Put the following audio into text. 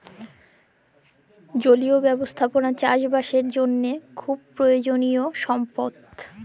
জলীয় ব্যবস্থাপালা চাষ বাসের জ্যনহে খুব পরয়োজলিয় সম্পদ